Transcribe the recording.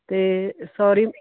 ਅਤੇ ਸੋਰੀ